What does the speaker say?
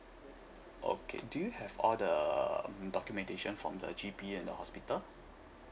okay do you have all the mm documentation from the G_P and the hospital